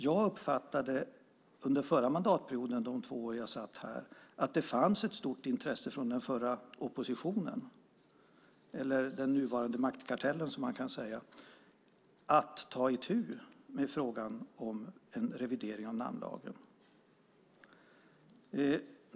Jag uppfattade att det under den förra mandatperioden, under de två år som jag satt i riksdagen, fanns ett stort intresse från den förra oppositionen, den nuvarande maktkartellen, att ta itu med frågan om en revidering av namnlagen.